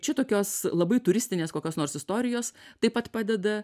čia tokios labai turistinės kokios nors istorijos taip pat padeda